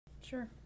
Sure